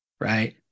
Right